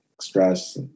stress